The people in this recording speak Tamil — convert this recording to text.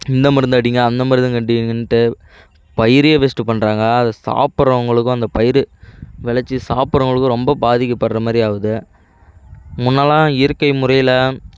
இந்த மருந்து அடிங்க அந்த மருந்து அடிங்கன்ட்டு பயிரையே வேஸ்ட்டு பண்ணுறாங்க அதை சாப்புடுறவங்களுக்கும் அந்த பயிறு விளச்சு சாப்புடுறவங்களுக்கும் ரொம்ப பாதிக்கப்படுற மாதிரி ஆகுது முன்னெல்லாம் இயற்கை முறையில்